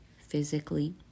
physically